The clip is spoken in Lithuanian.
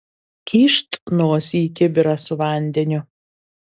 kyšt nosį į kibirą su vandeniu